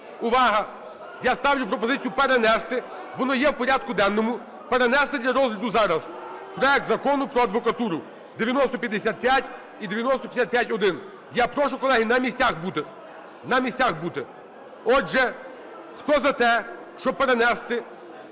Увага! Я ставлю пропозицію перенести, воно є в порядку денному, перенести для розгляду зараз проект Закону про адвокатуру (9055 і 9055-1). Я прошу, колеги, на місцях бути, на місцях бути. Отже, хто за те, щоб перенести